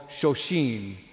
Shoshin